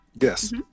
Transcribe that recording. Yes